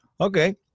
okay